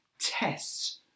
tests